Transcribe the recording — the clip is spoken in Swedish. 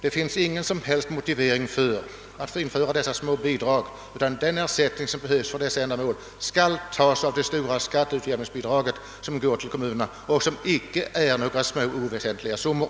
Det finns ingen som helst motivering för införandet av dessa små bidrag, utan den ersättning som behövs för ifrågavarande ändamål skall tas av det stora skatteutjämningsbidraget som går till kommunerna och som icke utgörs av några små, oväsentliga summor.